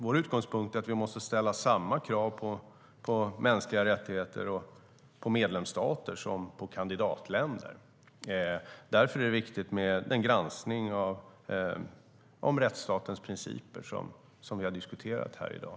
Vår utgångspunkt är nämligen att vi måste ställa samma krav på mänskliga rättigheter på medlemsstater som på kandidatländer. Därför är det viktigt med den granskning av rättsstatens principer som vi har diskuterat här i dag.